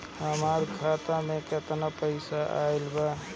हमार खाता मे केतना पईसा आइल बा?